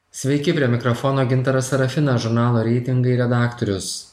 sveiki prie mikrofono gintaras sarafinas žurnalo reitingai redaktorius